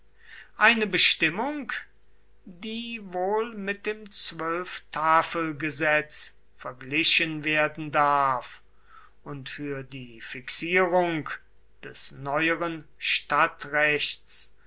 eine bestimmung die wohl mit dem zwölftafelgesetz verglichen werden darf und für die fixierung des neueren stadtrechts